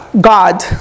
God